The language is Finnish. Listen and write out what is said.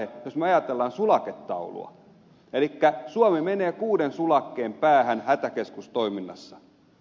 jos me ajattelemme sulaketaulua suomi menee kuuteen sulakkeeseen hätäkeskustoiminnassa